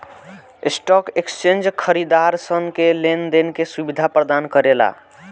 stock exchange खरीदारसन के लेन देन के सुबिधा परदान करेला